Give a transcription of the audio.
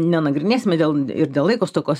nenagrinėsime dėl ir dėl laiko stokos